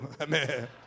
Amen